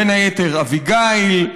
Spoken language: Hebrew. בין היתר אביגיל,